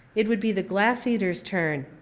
it would be the glass eater's turn.